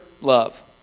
love